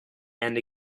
and